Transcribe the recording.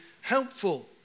helpful